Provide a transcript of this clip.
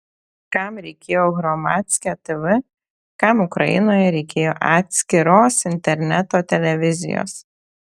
kam reikėjo hromadske tv kam ukrainoje reikėjo atskiros interneto televizijos